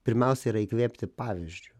pirmiausia yra įkvėpti pavyzdžiu